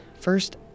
first